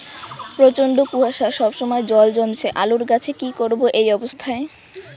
প্রচন্ড কুয়াশা সবসময় জল জমছে আলুর গাছে কি করব এই অবস্থায়?